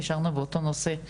נשארנו באותו נושא.